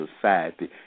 society